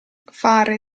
fare